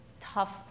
tough